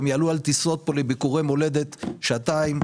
הם יעלו על טיסות לביקורי מולדת שעתיים,